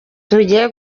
tugiye